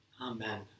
Amen